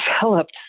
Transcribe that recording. developed